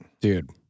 Dude